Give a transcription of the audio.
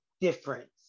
difference